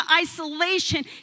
isolation